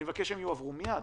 עליהם לעבור מייד.